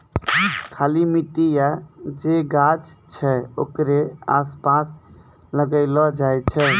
खाली मट्टी या जे गाछ छै ओकरे आसपास लगैलो जाय छै